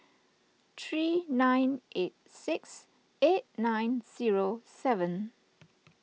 three nine eight six eight nine zero seven